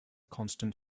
constant